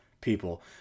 people